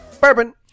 bourbon